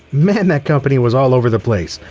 man that company was all over the place,